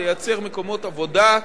ולייצר מקומות עבודה,